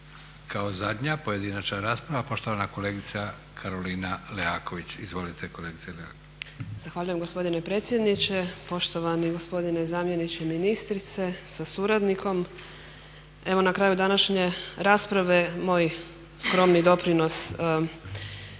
kao zadnja pojedinačna rasprava, poštovana kolegica Karolina Leaković. Izvolite kolegice Leaković. **Leaković, Karolina (SDP)** Zahvaljujem gospodine predsjedniče, poštovani zamjeniče ministrice sa suradnikom. Evo na kraju današnje rasprave moj skromni doprinos,